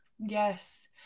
Yes